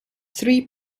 three